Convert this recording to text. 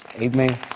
Amen